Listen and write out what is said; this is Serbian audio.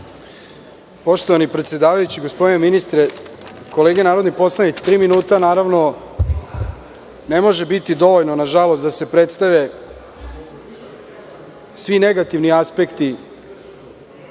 Poštovani predsedavajući, gospodine ministre, kolege narodni poslanici, tri minuta ne može biti dovoljno nažalost da se predstave svi negativni aspekti